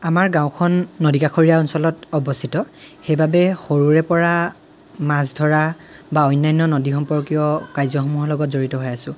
আমাৰ গাঁওখন নদীকাষৰীয়া অঞ্চলত অৱস্থিত সেইবাবে সৰুৰে পৰা মাছ ধৰা বা অন্যান্য নদী সম্পৰ্কীয় কাৰ্ষযসমূহৰ লগত জড়িত হৈ আছোঁ